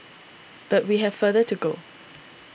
but we have further to go